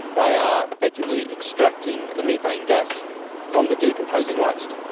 they are effectively extracting the methane gas from the decomposing waste.